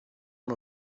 one